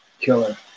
Killer